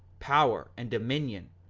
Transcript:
power, and dominion.